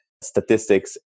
statistics